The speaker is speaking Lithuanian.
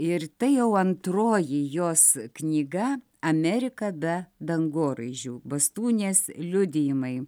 ir tai jau antroji jos knyga amerika be dangoraižių bastūnės liudijimai